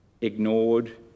ignored